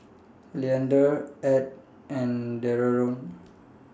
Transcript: Leander Edd and Dereon